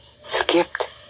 skipped